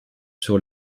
sur